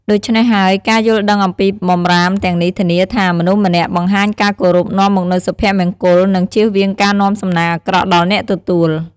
ដូច្នេះហើយ ការយល់ដឹងអំពីបម្រាមទាំងនេះធានាថា មនុស្សម្នាក់បង្ហាញការគោរព នាំមកនូវសុភមង្គល និងជៀសវាងការនាំសំណាងអាក្រក់ដល់អ្នកទទួល។